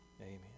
Amen